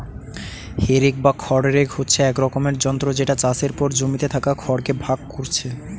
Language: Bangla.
হে রেক বা খড় রেক হচ্ছে এক রকমের যন্ত্র যেটা চাষের পর জমিতে থাকা খড় কে ভাগ কোরছে